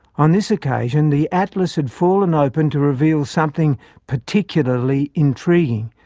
on this occasion the atlas had fallen open to reveal something particularly intriguing.